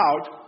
out